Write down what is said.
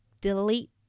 delete